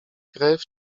krew